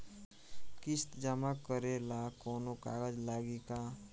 किस्त जमा करे ला कौनो कागज लागी का?